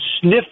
sniff